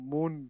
Moon